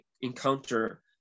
encounter